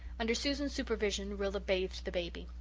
under susan's supervision rilla bathed the baby.